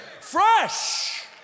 fresh